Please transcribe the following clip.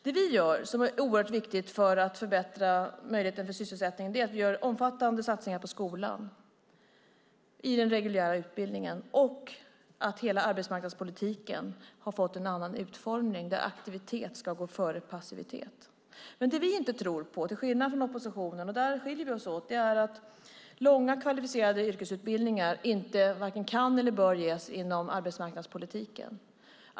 Det vi gör som är oerhört viktigt för att förbättra möjligheten till sysselsättning är omfattande satsningar på skolan i den reguljära utbildningen, och hela arbetsmarknadspolitiken har fått en annan utformning, där aktivitet ska gå före passivitet. Men det vi inte tror på, till skillnad från oppositionen, är att långa kvalificerade yrkesutbildningar kan eller bör ges inom arbetsmarknadspolitiken.